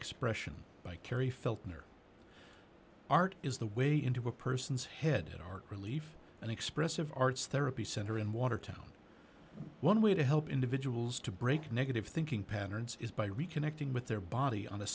expression by keri feltner art is the way into a person's head in art relief and expressive arts therapy center in watertown one way to help individuals to break negative thinking patterns is by reconnecting with their body on